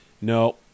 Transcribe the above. no